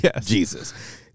Jesus